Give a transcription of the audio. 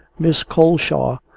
miss coleshaw,